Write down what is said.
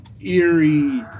eerie